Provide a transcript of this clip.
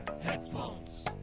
headphones